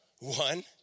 one